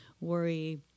worry